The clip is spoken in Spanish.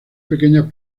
pequeñas